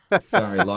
Sorry